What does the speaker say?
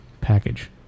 package